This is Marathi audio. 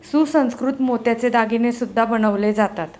सुसंस्कृत मोत्याचे दागिने सुद्धा बनवले जातात